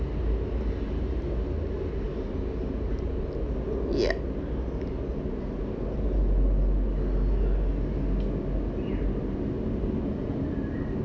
yeah